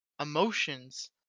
emotions